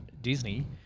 Disney